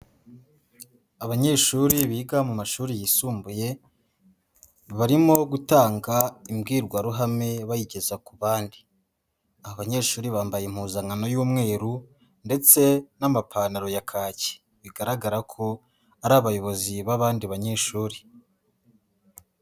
Abanyeshuri biga mu mashuri yisumbuye, barimo gutanga imbwirwaruhame bayigeza ku bandi, abanyeshuri bambaye impuzankano y'umweru ndetse n'amapantaro ya kaki bigaragara ko ari abayobozi b'abandi banyeshuri.